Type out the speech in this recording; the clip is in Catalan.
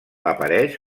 apareix